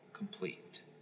complete